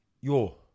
yo